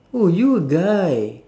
oh you're a guy